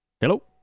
Hello